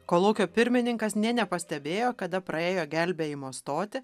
kolūkio pirmininkas nė nepastebėjo kada praėjo gelbėjimo stotį